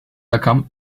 rakam